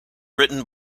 written